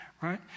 right